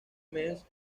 mes